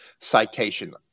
citation